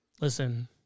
Listen